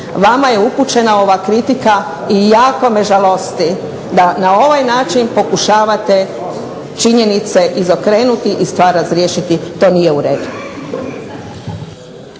vama je upućena ova kritika i jako me žalosti da na ovaj način pokušavate činjenice izokrenuti i stvar razriješiti. To nije u redu.